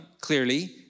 clearly